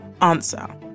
Answer